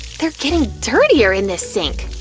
they're getting dirtier in this sink!